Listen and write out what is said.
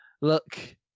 look